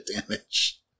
damage